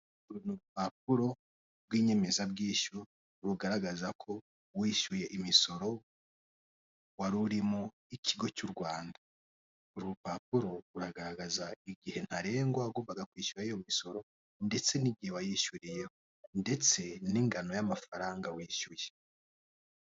Uru ni urupapuro rw'inyemezabwishyu rugaragaza ko wishyuye imisoro warirurimo ikigo cy'u Rwanda, uru rupapuro rugaragaza igihe ntarengwa wagombaga kwishyuraho iyo misoro ndetse n'igihe wayishyuriye, ndetse n'ingano y'amafaranga wishyuye.